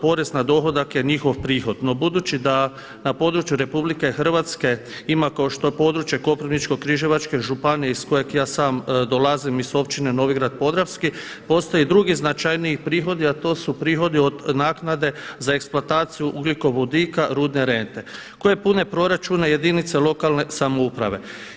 Porez na dohodak je njihov prihod no budući da na području RH ima kao što je područje Koprivničko-križevačke županije iz kojeg ja sam dolazim iz Općine Novigrad Podravski postoje i drugi značajniji prihodi a to su prihodi od naknade za eksploataciju ugljikovodika rudne rente koje pune proračune jedinica lokalne samouprave.